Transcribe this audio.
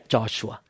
Joshua